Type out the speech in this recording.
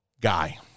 guy